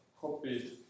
copy